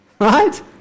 Right